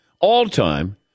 all-time